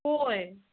ꯍꯣꯏ